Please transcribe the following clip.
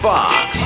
Fox